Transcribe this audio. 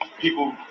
people